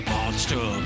Monster